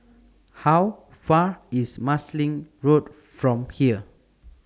How Far IS Marsiling Road from here